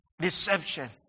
deception